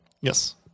Yes